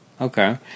Okay